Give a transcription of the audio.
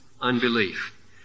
unbelief